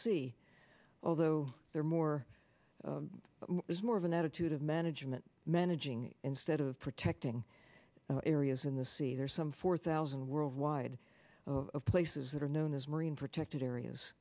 sea although there are more there's more of an attitude of management managing instead of protecting areas in the sea there's some four thousand worldwide of places that are known as marine protected areas